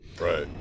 right